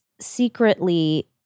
secretly